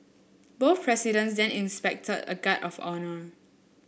both presidents then inspected a guard of honour